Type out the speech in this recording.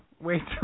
Wait